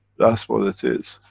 that's what it is.